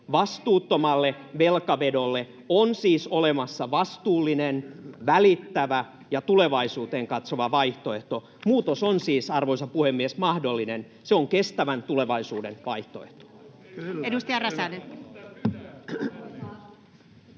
Vastuuttomalle velkavedolle on siis olemassa vastuullinen, välittävä ja tulevaisuuteen katsova vaihtoehto. Muutos on siis, arvoisa puhemies, mahdollinen. Se on kestävän tulevaisuuden vaihtoehto. [Jukka